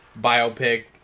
biopic